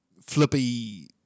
flippy